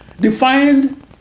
defined